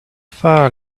far